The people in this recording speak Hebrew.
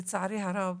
לצערי הרב,